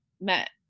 met